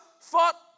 fought